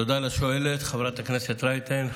תודה לשואלת, חברת הכנסת רייטן.